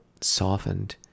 softened